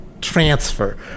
transfer